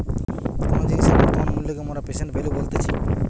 কোনো জিনিসের বর্তমান মূল্যকে মোরা প্রেসেন্ট ভ্যালু বলতেছি